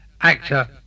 actor